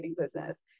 business